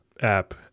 app